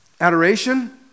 Adoration